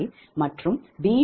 0005 மற்றும் B220